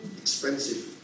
expensive